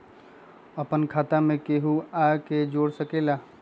अपन खाता मे केहु आर के जोड़ सके ला?